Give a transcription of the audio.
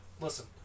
Listen